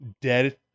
dead